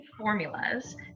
Formulas